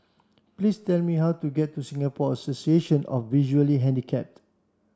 please tell me how to get to Singapore Association of Visually Handicapped